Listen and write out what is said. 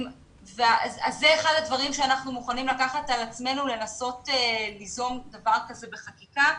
אנחנו מוכנים לקחת על עצמנו לנסות ליזום דבר כזה בחקיקה.